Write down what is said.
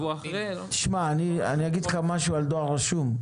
אני אגיד לך משהו על דואר רשום.